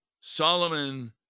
Solomon